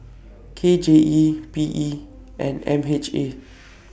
K J E P E and M H A